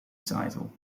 title